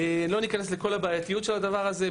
לא ניכנס לכל הבעייתיות של הדבר הזה.